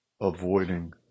avoiding